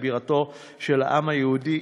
לבירתו של העם היהודי.